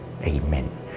Amen